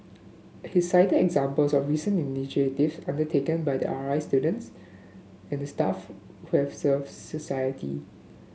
he cited examples of recent initiative undertaken by the R I students and staff served society